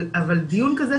אבל דיון כזה,